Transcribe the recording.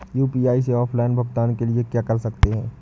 UPI से offline भुगतान के लिए क्या कर सकते हैं?